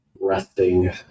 resting